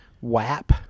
WAP